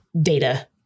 data